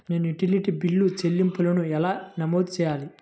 నేను utility bill చెల్లింపులను ఎలా నమోదు చేయాలి?